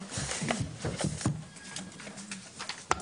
אנחנו פותחים דיון שני על